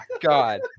God